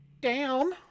down